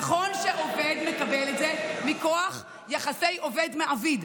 נכון שעובד מקבל את זה מכוח יחסי עובד מעביד,